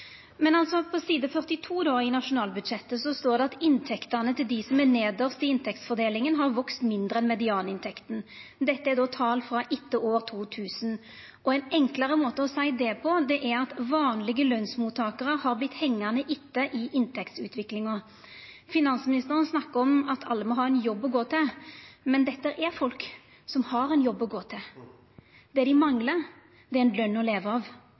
På side 42 i nasjonalbudsjettet står det at inntektene til dei som er nedst i inntektsfordelinga, har vakse mindre enn medianinntekta. Dette er tal frå etter år 2000. Ein enklare måte å seia det på er at vanlege lønsmottakarar har vorte hengande etter i inntektsutviklinga. Finansministeren snakkar om at alle må ha ein jobb å gå til, men dette er folk som har ein jobb å gå til. Det dei manglar, er ei løn å leva av.